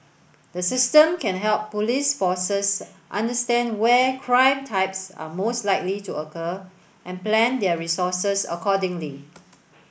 the system can help police forces understand where crime types are most likely to occur and plan their resources accordingly